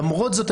למרות זאת,